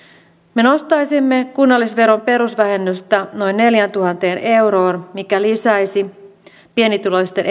me nostaisimme kunnallisveron perusvähennystä noin neljääntuhanteen euroon mikä lisäisi pienituloisten